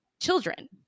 children